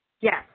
Yes